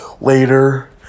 later